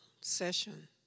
session